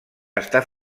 està